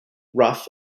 rough